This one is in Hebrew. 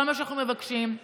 כל מה שאנחנו מבקשים הוא